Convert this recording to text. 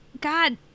God